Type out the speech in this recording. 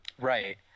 Right